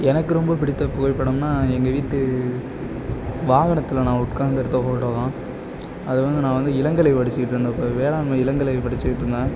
எனக்கு ரொம்ப பிடித்த புகைப்படம்னா எங்கள் வீட்டு வாகனத்தில் நான் உட்காந்து எடுத்த ஃபோட்டோ தான் அது வந்து நான் வந்து இளங்கலை படித்துக்கிட்டு இருந்தப்ப வேளாண்மை இளங்கலை படிச்சுக்கிட்டு இருந்தேன்